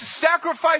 sacrifice